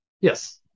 yes